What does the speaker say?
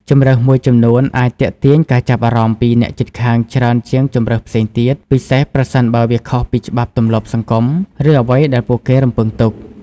ជម្រើសមួយចំនួនអាចទាក់ទាញការចាប់អារម្មណ៍ពីអ្នកជិតខាងច្រើនជាងជម្រើសផ្សេងទៀត ពិសេសប្រសិនបើវាខុសពីច្បាប់ទម្លាប់សង្គម ឬអ្វីដែលពួកគេរំពឹងទុក។